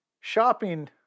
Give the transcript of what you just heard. shopping